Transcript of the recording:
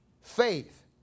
Faith